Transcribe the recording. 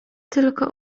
tylko